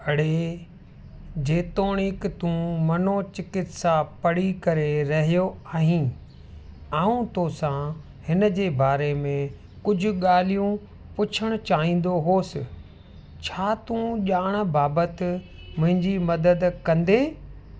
अडे़ जेतोणीकि तूं मनोचिकित्सा पढ़ी करे रहियो आहीं आऊं तोसां हिन जे बारे में कुझु ॻाल्हियूं पुछणु चाहींदो हुउसि छा तूं ॼाण बाबति मुंहिंजी मदद कंदे